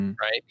Right